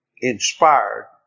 inspired